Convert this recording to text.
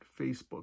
Facebook